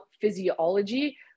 physiology